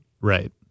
Right